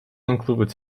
includes